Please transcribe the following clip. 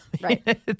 right